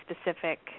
specific